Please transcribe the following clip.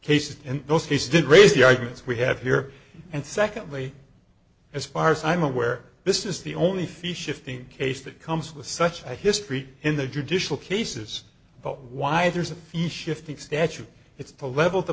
and those cases did raise the arguments we have here and secondly as far as i'm aware this is the only fee shifting case that comes with such a history in the judicial cases but why there's a fee shifting statute it's to level the